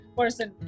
person